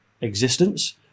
existence